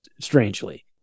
strangely